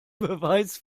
beweis